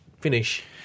finish